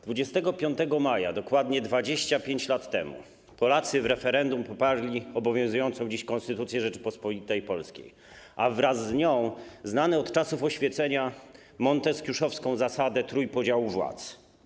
25 maja dokładnie 25 lat temu Polacy w referendum poparli obowiązującą dziś Konstytucję Rzeczypospolitej Polskiej, a wraz z nią znaną od czasów oświecenia monteskiuszowską zasadę trójpodziału władz.